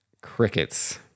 crickets